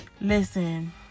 listen